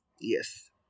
yes